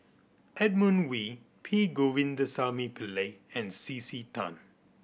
Edmund Wee P Govindasamy Pillai and C C Tan